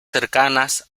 cercanas